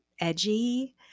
edgy